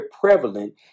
prevalent